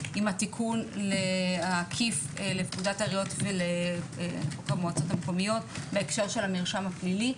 עם התיקון העקיף לפקודת הראיות במועצות המקומיות בהקשר של המרשם הפלילי.